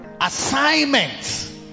assignments